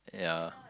yeah